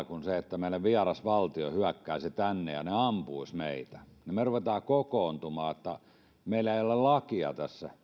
kuin se että vieras valtio hyökkäisi meille tänne ja he ampuisivat meitä ja me rupeaisimme kokoontumaan siksi että meillä ei ole tässä lakia